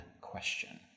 question